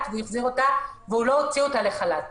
והוא החזיר אותה והוא לא הוציא אותה לחל"ת,